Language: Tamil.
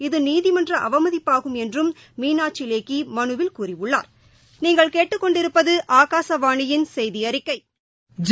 இது நீதிமன்றஅவமதிப்பாகும் என்றும் மீனாட்சிலேக்கிமனுவில் கூறியுள்ளாா்